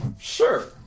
Sure